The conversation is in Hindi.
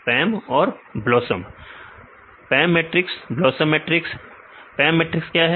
विद्यार्थी PAM और BLOSUM PAM मैट्रिक्स और BLOSUM मैट्रिक्स PAM मैट्रिक्स क्या है